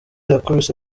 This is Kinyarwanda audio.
yakubiswe